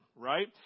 Right